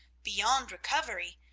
beyond recovery,